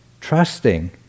trusting